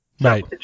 right